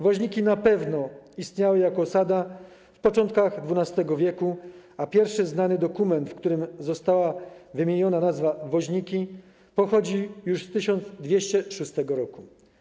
Woźniki na pewno istniały jako osada w początkach XII w., a pierwszy znany dokument, w którym została wymieniona nazwa Woźniki, pochodzi już z 1206 r.